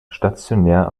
stationäre